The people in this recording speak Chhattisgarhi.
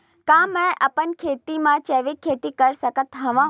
का मैं अपन खेत म जैविक खेती कर सकत हंव?